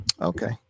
Okay